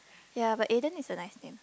ya but Aden is a nice name